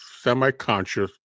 semi-conscious